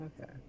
okay